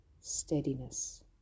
steadiness